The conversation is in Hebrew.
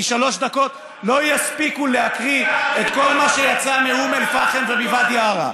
כי שלוש דקות לא יספיקו להקריא את כל מה שיצא מאום אל-פחם ומוואדי עארה.